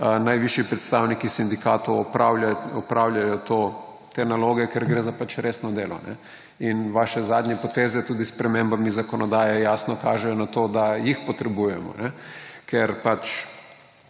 najvišji predstavniki sindikatov, opravljajo te naloge, ker gre za resno delo. In vaše zadnje poteze tudi s spremembami zakonodaje jasno kažejo na to, da jih potrebujemo, ker